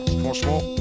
franchement